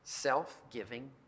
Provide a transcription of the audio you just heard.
Self-giving